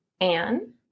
Anne